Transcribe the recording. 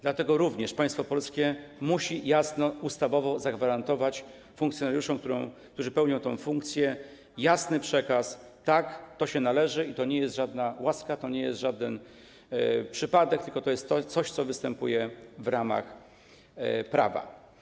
Dlatego również państwo polskie musi ustawowo zagwarantować funkcjonariuszom, którzy pełnią tę funkcję, jasny przekaz: tak, to się należy i to nie jest żadna łaska, to nie jest żaden przypadek, tylko to jest coś, co występuje w ramach prawa.